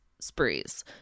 sprees